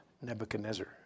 Nebuchadnezzar